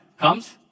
comes